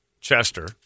Chester